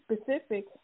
specific